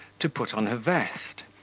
to put on her vest.